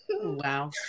Wow